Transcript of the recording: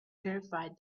purified